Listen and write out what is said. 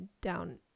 down